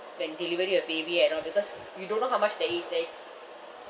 when delivering a baby and all because you don't know how much that is that is